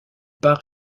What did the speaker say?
pas